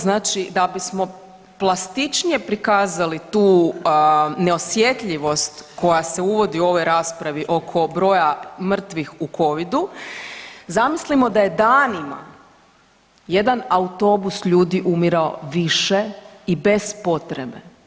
Znači da bismo plastičnije prikazali tu neosjetljivost koja se uvodi u ovoj raspravi oko broja mrtvih u Covidu, zamislimo da je danima jedan autobus ljudi umirao više i bez potrebe.